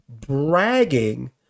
bragging